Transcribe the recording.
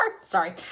sorry